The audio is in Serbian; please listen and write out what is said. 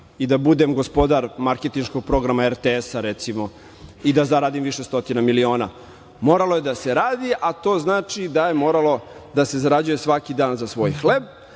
i da budem gospodar marketinškog programa RTS-a, recimo i da zaradim više stotina miliona. Moralo je da se radi, a to znači da je moralo da se zarađuje svaki dan za svoj hleb,